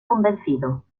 convencido